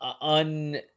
un